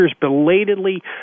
belatedly